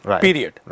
Period